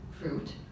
fruit